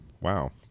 Wow